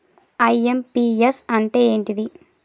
IMPS అంటే ఏంటిది?